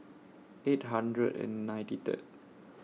eight hundred and ninety Third